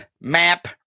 map